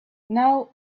now